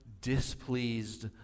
displeased